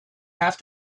have